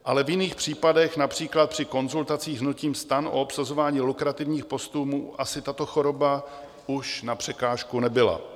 Ale v jiných případech, například při konzultacích hnutím STAN o obsazování lukrativních postů, mu tato choroba už na překážku nebyla.